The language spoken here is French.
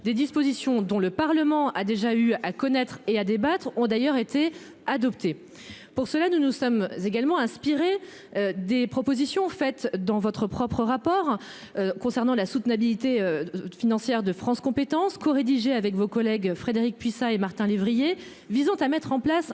des dispositions dont le Parlement a déjà eu à connaître et à débattre ont d'ailleurs été adoptée. Pour cela, nous nous sommes également inspiré. Des propositions faites dans votre propre rapport. Concernant la soutenabilité. Financière de France compétences corédigé avec vos collègues. Frédérique Puissat et Martin lévrier visant à mettre en place un reste à